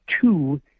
two